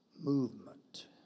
movement